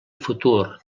futur